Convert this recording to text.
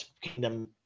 kingdom